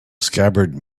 scabbard